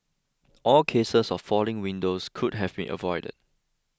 all cases of falling windows could have been avoided